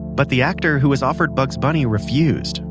but the actor who was offered bugs bunny refused,